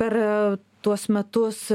per tuos metus